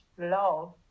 love